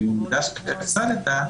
במידה שהפסדת,